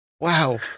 wow